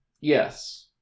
Yes